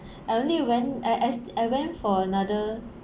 I only when I I st~ I went for another